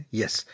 yes